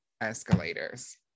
escalators